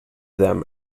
them